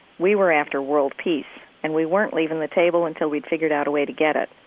we were after world peace and we weren't leaving the table until we figured out a way to get it.